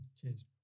Cheers